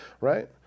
right